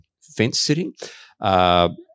fence-sitting